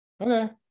okay